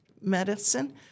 medicine